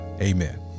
Amen